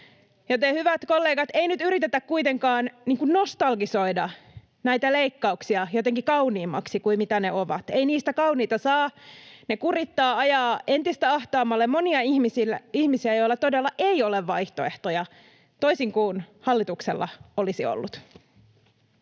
Hyvät kollegat, ei nyt yritetä kuitenkaan nostalgisoida näitä leikkauksia jotenkin kauniimmiksi kuin mitä ne ovat. Ei niistä kauniita saa. Ne kurittavat, ajavat entistä ahtaammalle monia ihmisiä, joilla todella ei ole vaihtoehtoja — toisin kuin hallituksella olisi ollut.